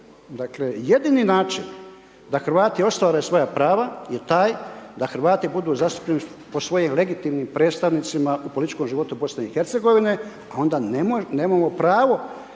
Dakle, jedini način da Hrvati ostvare svoja prava je taj da Hrvati budu zastupljeni po svojim legitimnim predstavnicima u političkom životu BIH, a onda nemamo pravo